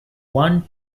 one